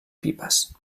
pipes